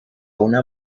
una